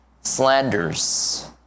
slanders